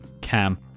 Cam